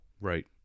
right